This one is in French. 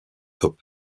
top